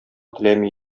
теләми